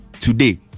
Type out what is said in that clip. Today